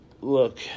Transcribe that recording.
Look